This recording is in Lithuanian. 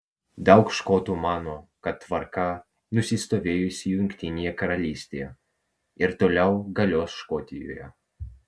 daug škotų mano kad tvarka nusistovėjusi jungtinėje karalystėje ir toliau galios škotijoje